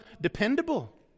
dependable